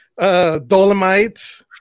Dolomite